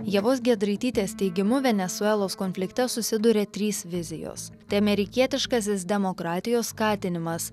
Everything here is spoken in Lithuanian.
ievos giedraitytės teigimu venesuelos konflikte susiduria trys vizijos tai amerikietiškasis demokratijos skatinimas